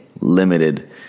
limited